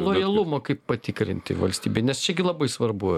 lojalumą kaip patikrinti valstybei nes čia gi labai svarbu